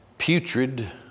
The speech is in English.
putrid